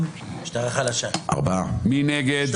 מי נגד?